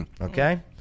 Okay